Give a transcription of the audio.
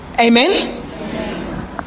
Amen